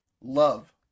Love